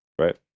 Right